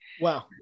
Wow